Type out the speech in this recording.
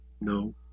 No